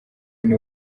niwe